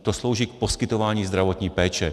To slouží k poskytování zdravotní péče.